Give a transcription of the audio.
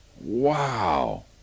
Wow